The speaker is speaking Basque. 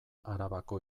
arabako